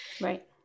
Right